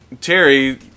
Terry